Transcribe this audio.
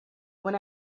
when